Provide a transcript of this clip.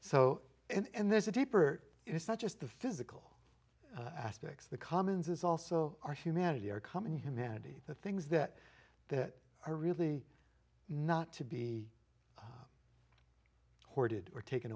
so and there's a deeper it's not just the physical aspects of the commons it's also our humanity our common humanity the things that that are really not to be hoarded or taken